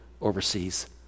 overseas